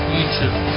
YouTube